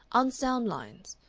unsound lines.